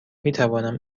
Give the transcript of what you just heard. میتوانم